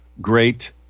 great